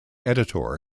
editor